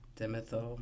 dimethyl